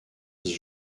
dit